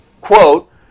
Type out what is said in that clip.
quote